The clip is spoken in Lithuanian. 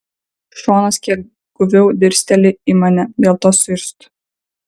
šonas kiek guviau dirsteli į mane dėl to suirztu